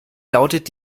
lautet